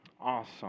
Awesome